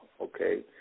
okay